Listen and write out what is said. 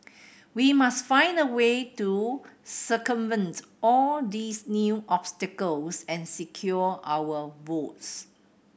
we must find a way to circumvent all these new obstacles and secure our votes